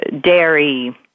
dairy